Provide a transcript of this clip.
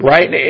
Right